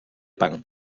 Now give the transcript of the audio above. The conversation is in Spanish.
pan